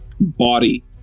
body